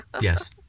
Yes